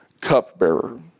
cupbearer